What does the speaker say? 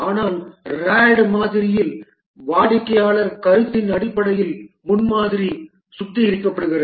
ஆனால் RAD மாதிரியில் வாடிக்கையாளர் கருத்தின் அடிப்படையில் முன்மாதிரி சுத்திகரிக்கப்படுகிறது